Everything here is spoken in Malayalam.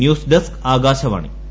news desk ആകാശവാണിക്